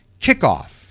kickoff